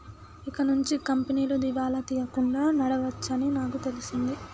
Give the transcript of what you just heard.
ఇకనుంచి కంపెనీలు దివాలా తీయకుండా నడవవచ్చని నాకు తెలిసింది